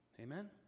Amen